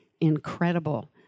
incredible